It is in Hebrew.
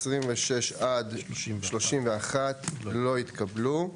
הסתייגות 26-31 לא התקבלו.